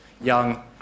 young